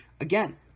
Again